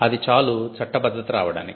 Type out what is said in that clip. అది చాలు చట్టబద్ధత రావడానికి